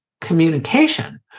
communication